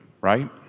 right